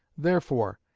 therefore,